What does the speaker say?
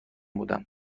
بودم